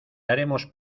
haremos